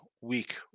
week